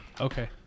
Okay